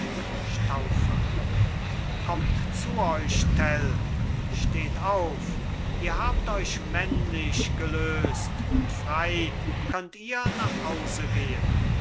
kommt zu euch tell steht auf ihr habt euch männlich gelöst und frei könnt ihr nach hause gehen